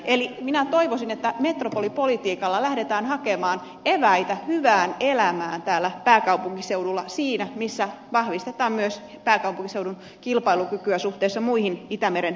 eli minä toivoisin että metropolipolitiikalla lähdetään hakemaan eväitä hyvään elämään täällä pääkaupunkiseudulla siinä missä vahvistetaan myös pääkaupunkiseudun kilpailukykyä suhteessa muihin itämeren metropoleihin